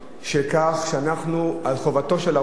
שחובתו של הרופא